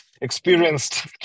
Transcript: experienced